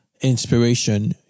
inspiration